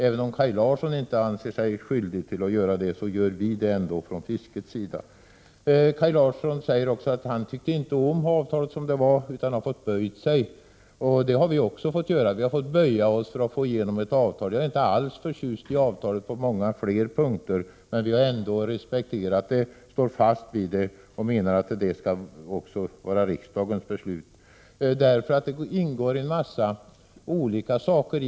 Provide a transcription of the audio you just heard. Även om Kaj Larsson inte anser sig skyldig att göra det, så gör vi det ändå från fiskets sida. Kaj Larsson sade också att han inte tyckte om avtalet men att han fick böja sig. Det har vi också fått göra. Vi har fått böja oss för att få igenom ett avtal. Jag är inte alls förtjust i avtalet på många fler punkter. Vi har ändå respekterat det. Vi står fast vid det och menar att det också skall vara riksdagens beslut. I ett avtal ingår en massa olika saker.